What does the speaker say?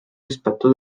rispetto